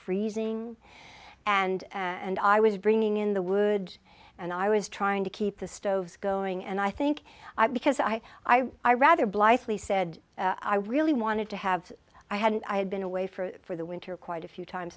freezing and and i was bringing in the wood and i was trying to keep the stoves going and i think i because i i i rather blithely said i really wanted to have i had and i had been away for the winter quite a few times